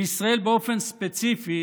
בישראל באופן ספציפי